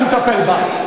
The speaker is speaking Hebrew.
אני מטפל בה,